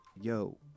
Yo